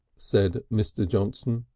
said mr. johnson.